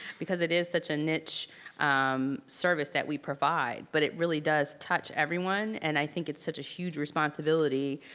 because it is such a niche service that we provide but it really does touch everyone and i think it's such a huge responsibility,